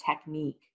technique